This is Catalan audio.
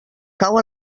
cau